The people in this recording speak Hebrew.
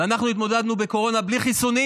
ואנחנו התמודדנו עם הקורונה בלי חיסונים,